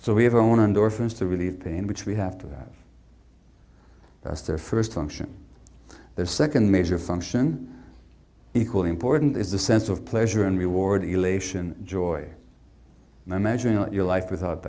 so we have our own endorphins to relieve pain which we have to that that's their first function their second major function equally important is the sense of pleasure and reward elation joy my measuring your life without